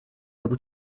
able